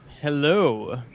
Hello